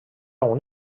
una